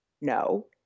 No